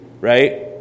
right